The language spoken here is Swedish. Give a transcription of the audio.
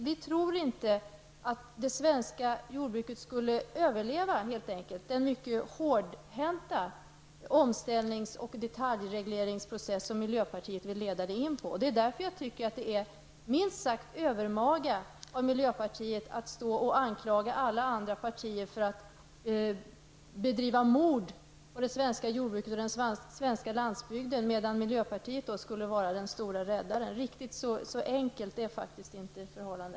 Vi tror inte att det svenska jordbruket skulle överleva den mycket hårdhänta omställnings och detaljregleringsprocess som miljöpartiet vill leda det in i. Därför tycker jag att det är minst sagt övermaga av miljöpartiet att anklaga alla andra partier för att bedriva mord på det svenska jordbruket och den svenska landsbygden, medan miljöpartiet skulle vara den stora räddaren. Riktigt så enkelt är förhållandet faktiskt inte.